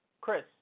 Chris